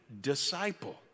disciple